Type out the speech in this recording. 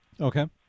okay